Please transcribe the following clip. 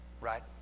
right